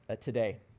today